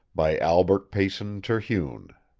by albert payson terhune